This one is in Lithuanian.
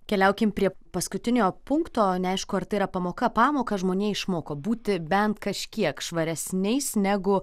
keliaukim prie paskutiniojo punkto neaišku ar tai yra pamoka pamoką žmonija išmoko būti bent kažkiek švaresniais negu